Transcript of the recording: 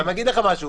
אני אגיד לך משהו.